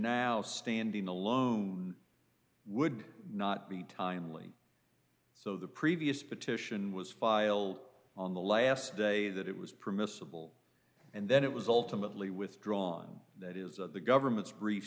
now standing alone would not be timely so the previous petition was filed on the last day that it was permissible and then it was ultimately withdrawn that is that the government's brief